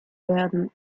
werden